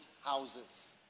houses